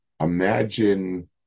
Imagine